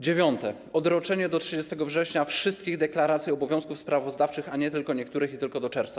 Dziewiąte - odroczenie do 30 września wszystkich deklaracji obowiązków sprawozdawczych, a nie tylko niektórych i tylko do czerwca.